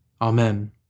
Amen